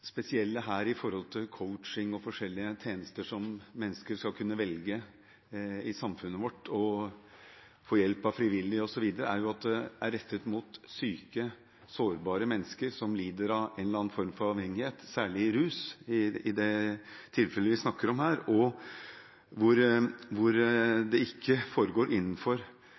spesielle her med hensyn til coaching og forskjellige tjenester som mennesker skal kunne velge i samfunnet vårt, få hjelp av frivillige osv., er at dette er rettet mot syke sårbare mennesker som lider av en eller annen form for avhengighet – særlig rus, i det tilfellet vi snakker om her – og hvor det ikke foregår innenfor